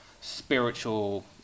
spiritual